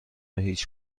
هیچ